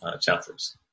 chapters